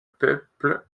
peuple